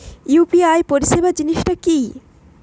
UPI পরিসেবা জিনিসটা কি?